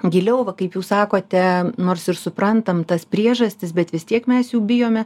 giliau va kaip jūs sakote nors ir suprantam tas priežastis bet vis tiek mes jų bijome